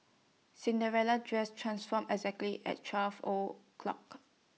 Cinderella's dress transformed exactly at twelve o' clock